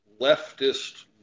leftist